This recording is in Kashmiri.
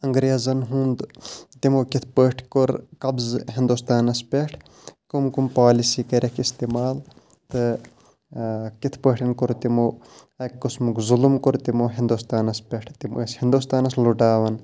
انٛگریزَن ہُنٛد تِمو کِتھ پٲٹھۍ کوٚر قبضہٕ ہِندُستانَس پیٚٹھ کٕم کُم پالسی کَریٚکھ اِستعمال تہٕ کِتھ پٲٹھۍ کوٚر تِمو اَکہِ قٕسمُک ظُلم کوٚر تِمو ہِندوستانَس پیٚٹھ تِم ٲسۍ ہِندوستانَس لُٹاوَان